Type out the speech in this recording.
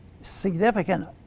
significant